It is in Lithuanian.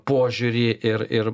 požiūrį ir ir